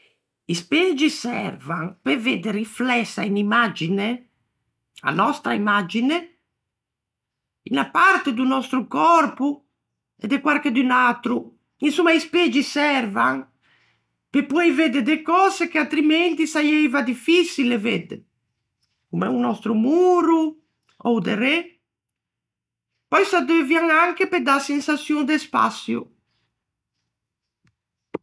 I spegi servan pe vedde riflessa unn'imagine, a nòstra imagine, unna parte do nòstro còrpo e de quarchidun atro. Insomma i spegi servan pe poei vedde de cöse che atrimenti saieiva diffiçile vedde, comme o nòstro moro, ò o derê. Pöi s'addeuvian anche pe dâ sensaçion de spaçio.